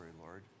Lord